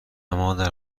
مادر